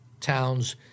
Towns